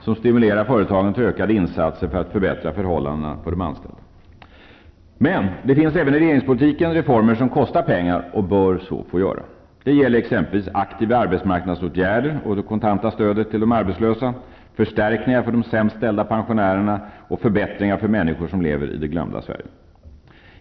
Den stimulerar företagen till ökade insatser för att förbättra förhållandena för de anställda. Men det finns även i regeringspolitiken reformer som kostar pengar och som bör få göra så. Det gäller exempelvis aktiva arbetsmarknadsåtgärder och det kontanta stödet till de arbetslösa, förstärkningar för de sämst ställda pensionärerna och förbättringar för människor som lever i det glömda Sverige.